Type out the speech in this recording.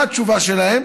מה התשובה שלהם?